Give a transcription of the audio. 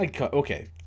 Okay